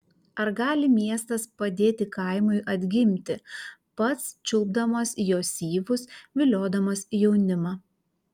ar gali miestas padėti kaimui atgimti pats čiulpdamas jo syvus viliodamas jaunimą